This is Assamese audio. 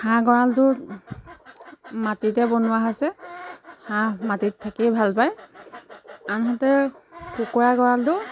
হাঁহ গঁৰালটো মাটিতে বনোৱা হৈছে হাঁহ মাটিত থাকিয়েই ভাল পায় আনহাতে কুকুৰা গঁৰালটো